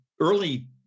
early